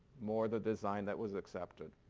more the design that was accepted.